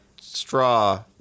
straw